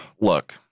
Look